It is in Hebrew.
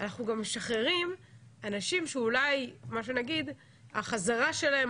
אנחנו גם משחררים אנשים שאולי החזרה שלהם